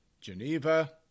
Geneva